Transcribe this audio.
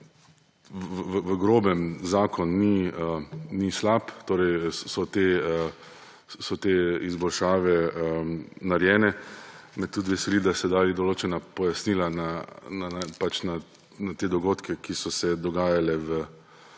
V grobem zakon ni slab, torej so te izboljšave narejene. Me tudi veseli, da ste dali določena pojasnila na te dogodke, ki so se dogajali v